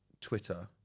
Twitter